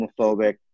homophobic